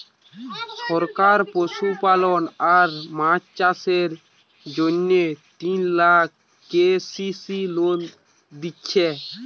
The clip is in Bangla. সরকার পশুপালন আর মাছ চাষের জন্যে তিন লাখ কে.সি.সি লোন দিচ্ছে